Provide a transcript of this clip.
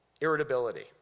Irritability